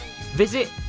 Visit